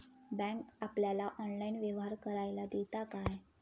Bank आपल्याला online व्यवहार करायला देता काय?